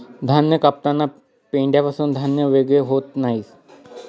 धान्य कापताना पेंढ्यापासून धान्य वेगळे होत नाही